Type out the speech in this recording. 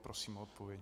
Prosím o odpověď.